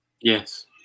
Yes